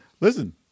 Listen